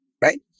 right